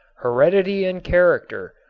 heredity and character,